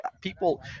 People